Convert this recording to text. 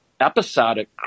episodic